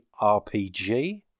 RPG